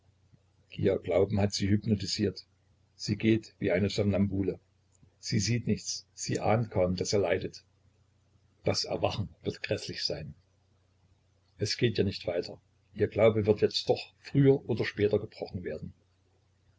ihr glauben hat sie hypnotisiert sie geht wie eine somnambule sie sieht nichts sie ahnt kaum daß er leidet das erwachen wird gräßlich sein es geht ja nicht weiter ihr glaube wird jetzt doch früher oder später gebrochen werden